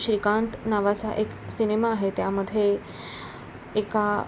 श्रीकांत नावाचा एक सिनेमा आहे त्यामध्ये एका